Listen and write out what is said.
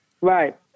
Right